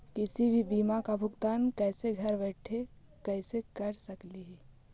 किसी भी बीमा का भुगतान कैसे घर बैठे कैसे कर स्कली ही?